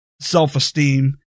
self-esteem